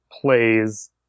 plays